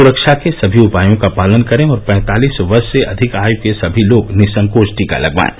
सुरक्षा के सभी उपायों का पालन करें और पैंतालीस वर्ष से अधिक आयु के सभी लोग निःसंकोच टीका लगवाएं